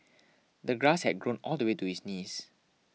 the grass had grown all the way to his knees